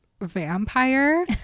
vampire